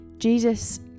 Jesus